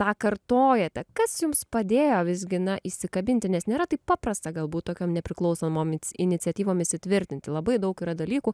tą kartojate kas jums padėjo visgi na įsikabinti nes nėra taip paprasta galbūt tokiom nepriklausomom ici iniciatyvomis įtvirtinti labai daug yra dalykų